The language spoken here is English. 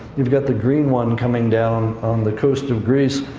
you've got the green one coming down on the coast of greece.